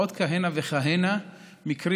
יש עוד כהנה וכהנה מקרים,